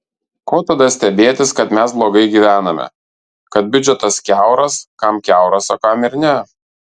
ko tada stebėtis kad mes blogai gyvename kad biudžetas kiauras kam kiauras o kam ir ne